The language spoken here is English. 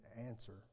answer